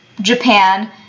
Japan